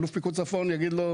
כי אלוף פיקוד צפון יגיד לו: